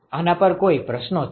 આના પર કોઈ પ્રશ્નો છે